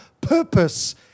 purpose